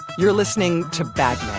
you're listening to bag man.